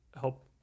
help